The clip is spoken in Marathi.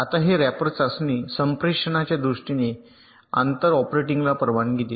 आता हे रॅपर चाचणी संप्रेषणाच्या दृष्टीने आंतर ऑपरेटिंगला परवानगी देते